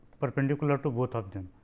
perpendicular to both of them